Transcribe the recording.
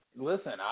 Listen